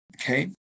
Okay